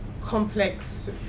complex